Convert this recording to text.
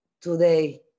today